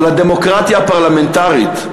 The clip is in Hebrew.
הדמוקרטיה הפרלמנטרית,